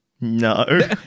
No